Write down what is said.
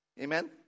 Amen